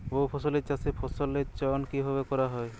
বহুফসলী চাষে ফসলের চয়ন কীভাবে করা হয়?